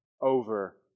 over